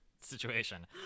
situation